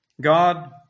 God